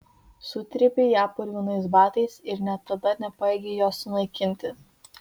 sutrypei ją purvinais batais ir net tada nepajėgei jos sunaikinti